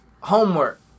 homework